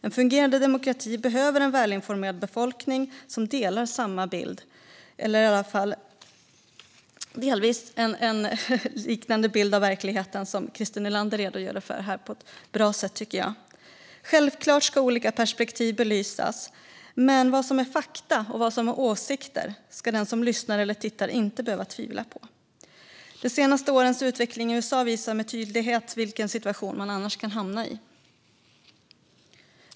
En fungerande demokrati behöver en välinformerad befolkning som delar samma bild - eller i varje fall en delvis liknande bild av verkligheten, som Christer Nylander redogjorde för på ett bra sätt. Självklart ska olika perspektiv belysas, men vad som är fakta och vad som är åsikter ska den som lyssnar eller tittar inte behöva tvivla på. De senaste årens utveckling i USA visar med tydlighet vilken situation man annars kan hamna i.